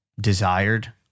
desired